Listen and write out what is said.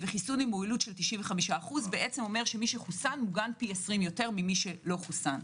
וחיסון עם מועילות של 95% אומר שמי שחוסן מוגן פי 20 יותר ממי שלא חוסן.